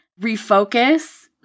Refocus